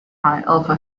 alpha